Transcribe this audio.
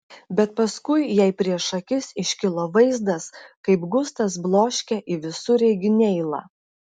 bet paskui jai prieš akis iškilo vaizdas kaip gustas bloškia į visureigį neilą